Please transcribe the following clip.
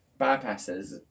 bypasses